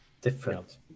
different